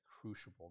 crucible